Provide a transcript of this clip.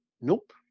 nope